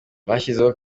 bashyizeho